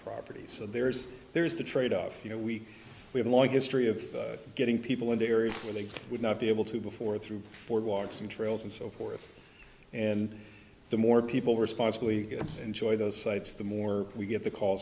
property so there's there's the tradeoff you know we have a long history of getting people into areas where they would not be able to before through boardwalks and trails and so forth and the more people responsibly enjoy those sites the more we get the call